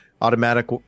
automatic